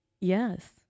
Yes